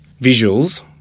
visuals